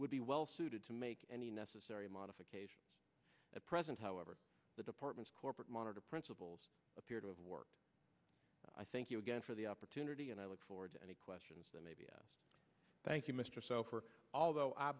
would be well suited to make any necessary modifications at present however the department's corporate monitor principles appear to have worked i thank you again for the opportunity and i look forward to any questions that may be thank you mr safir although i